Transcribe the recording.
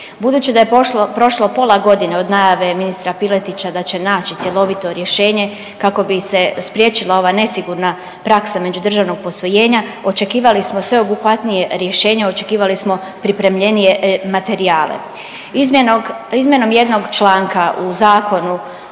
Budući da je prošlo pola godine od najave ministra Piletića da će naći cjelovito rješenje kako bi se spriječila ova nesigurna praksa međudržavnog posvojenja očekivali smo sveobuhvatnije rješenje, očekivali smo pripremljenije materijale. Izmjenom jednog članka u Zakonu